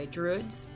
Druids